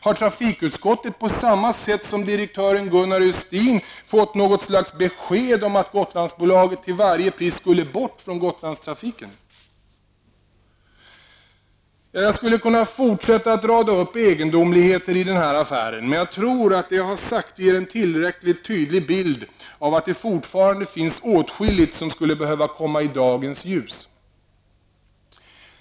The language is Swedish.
Har trafikutskottet på samma sätt som direktören Gunnar Östin fått något slags besked om att Gotlandsbolaget till varje pris ''skulle bort'' Jag skulle kunna fortsätta att rada upp egendomligheter i den här affären, men jag tror att det jag sagt ger en tillräckligt tydlig bild av att det fortfarande finns åtskilligt som skulle behöva komma fram i dagens ljus.